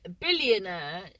billionaire